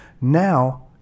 Now